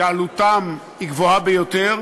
שעלותם גבוהה ביותר